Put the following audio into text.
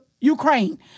ukraine